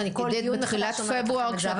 שאני כל דיון מחדש אומרת לכם את זה.